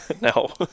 No